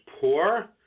poor